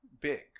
big